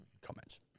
Comments